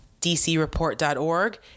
DCReport.org